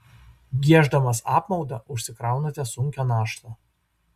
gieždamas apmaudą užsikraunate sunkią naštą